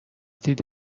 دید